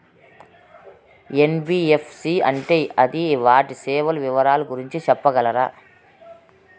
NBFC అంటే అది వాటి సేవలు వివరాలు గురించి సెప్పగలరా?